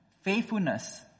faithfulness